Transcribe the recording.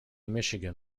michigan